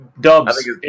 Dubs